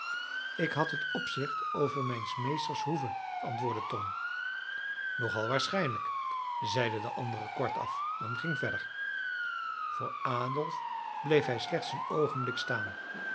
ik had het opzicht over mijns meesters hoeve antwoordde tom nog al waarschijnlijk zeide de andere kortaf en ging verder voor adolf bleef hij slechts een oogenblik staan